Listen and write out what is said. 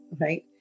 right